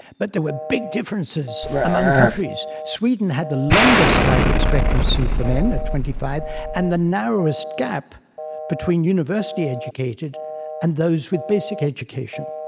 but there were big differences among countries. sweden had the longest life expectancy for men at twenty five and the narrowest gap between university educated and those with basic education.